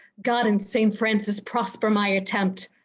god and saint francis prosper my attempt,